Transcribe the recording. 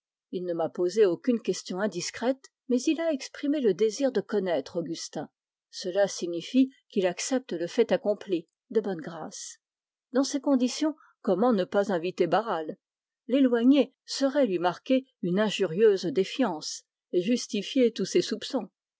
il ne m'a posé aucune question indiscrète mais il a exprimé le désir de connaître augustin cela signifie qu'il accepte le fait accompli de bonne grâce dans ces conditions comment ne pas inviter barral l'éloigner serait lui manquer une injurieuse défiance et justifier tous ses soupçons